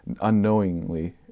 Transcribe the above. unknowingly